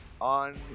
on